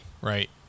right